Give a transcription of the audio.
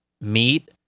Meet